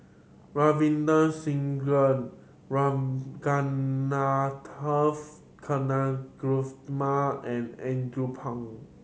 Ravinder Singh Ragunathar Kanagasuntheram and Andrew Phang